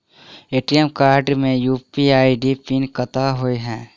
ATM card मे UPI pin कतह होइ है?